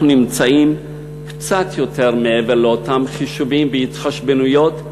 אנחנו נמצאים קצת מעבר לאותם חישובים והתחשבנויות,